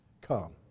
Come